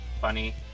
funny